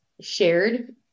shared